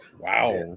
Wow